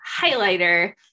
highlighter